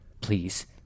Please